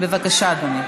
בבקשה, אדוני.